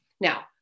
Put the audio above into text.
now